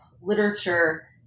literature